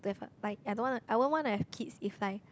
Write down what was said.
but I I don't wanna I won't wanna have kids if like